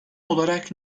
olarak